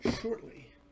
shortly